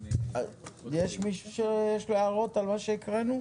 יש למישהו הערות על מה שהקראנו?